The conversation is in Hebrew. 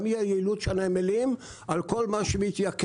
את אי היעילות של הנמלים על כל מה שמתייקר.